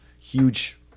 huge